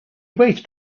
waited